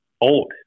old